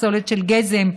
פסולת של גזם,